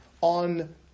on